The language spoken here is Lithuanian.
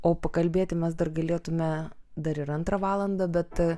o pakalbėti mes dar galėtume dar ir antrą valandą bet